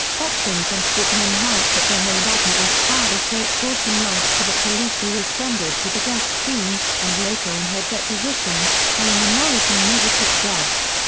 hopkins and sugerman write that ronay and agnes varda say courson lied to the police who responded to the death scene, and later in her deposition, telling them morrison never took drugs.